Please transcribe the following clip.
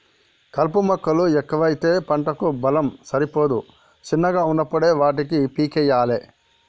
కలుపు మొక్కలు ఎక్కువైతే పంటకు బలం సరిపోదు శిన్నగున్నపుడే వాటిని పీకేయ్యలే